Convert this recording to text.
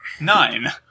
nine